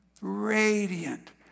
radiant